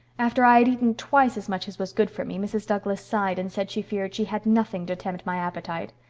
after i had eaten twice as much as was good for me, mrs. douglas sighed and said she feared she had nothing to tempt my appetite.